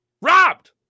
Robbed